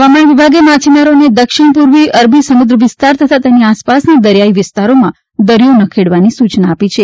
હવામાન વિભાગે માછીમારોને દક્ષિણપૂર્વી અરબી સમુદ્ર વિસ્તાર તથા તેની આસપાસના દરિયાઇ વિસ્તારોમાં દરિયો ન ખેડવાની સૂચના આપી છે